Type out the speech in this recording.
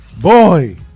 Boy